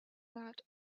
not